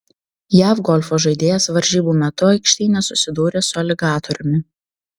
jav golfo žaidėjas varžybų metu aikštyne susidūrė su aligatoriumi